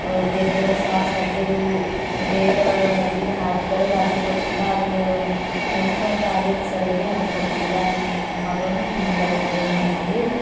ಬೇರೆ ಬೇರೆ ಸಾಸ್ ಹಾಕಿ ಅದು ಡೇಟು ಮುಗಿದಿದ್ದು ಹಾಕಿದ್ದಾರೋ ಹೇಗೋ ಗೊತ್ತಿಲ್ಲ ಅದು ಮೆಲ್ಟ್ ಮೆಲ್ಟ್ ಆಗಿ ಅದು ಸರಿಯಾಗೇ ಹತ್ತಿಲ್ಲತ್ತಿದ್ದಿಲ್ಲ ಮಗಳೂ ತಿಂದಿಲ್ಲ ಅದು ಗೋಬಿಮಂಚೂರಿ